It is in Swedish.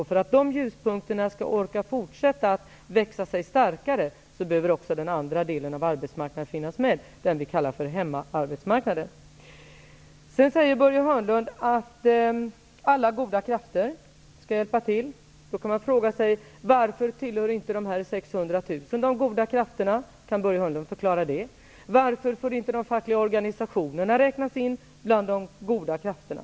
För att dessa ljuspunkter skall orka fortsätta att växa sig starkare behöver också den andra delen av arbetsmarknaden finnas med, dvs. det vi kallar hemmaarbetsmarknaden. Börje Hörnlund säger att alla goda krafter skall hjälpa till. Då kan man fråga sig varför de 600 000 inte tillhör de goda krafterna. Kan Börje Hörnlund förklara det? Varför får inte de fackliga organisationerna räknas in bland de goda krafterna?